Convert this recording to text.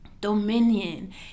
dominion